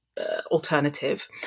alternative